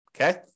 Okay